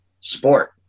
sport